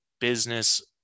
business